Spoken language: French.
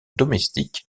domestique